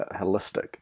holistic